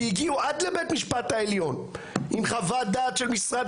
כי הגיעו עד לבית משפט העליון עם חוות דעת של משרד